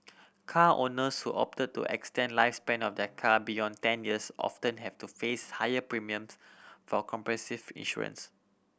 car owners who opt to extend lifespan of their car beyond ten years often have to face higher premiums for comprehensive insurance